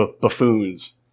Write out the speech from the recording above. buffoons